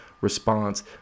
response